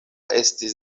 estis